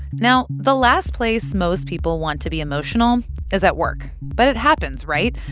now, the last place most people want to be emotional is at work but it happens, right?